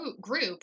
group